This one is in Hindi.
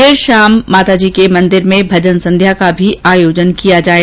देर शाम में माताजी के मंदिर भजन संध्या का भी आयोजन किया जाएगा